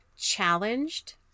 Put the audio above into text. challenged